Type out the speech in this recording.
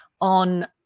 on